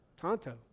Tonto